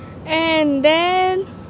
and then